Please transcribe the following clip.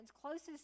closest